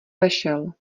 vešel